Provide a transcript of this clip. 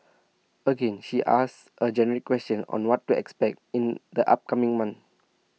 again she asks A generic question on what to expect in the upcoming month